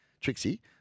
Trixie